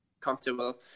Comfortable